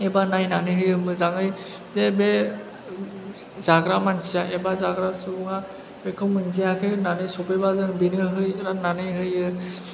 एबा नायनानै होयो मोजाङै जे बे जाग्रा मानसिया एबा जाग्रा सुबुङा बेखौ मोनजायाखै होन्नानै सफैबा जों बेनो होयो रान्नानै होयो